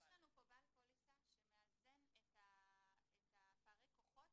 יש לנו פה בעל פוליסה שמאזן את פערי הכוחות